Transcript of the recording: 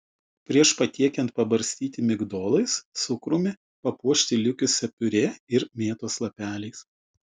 prieš patiekiant pabarstyti migdolais cukrumi papuošti likusia piurė ir mėtos lapeliais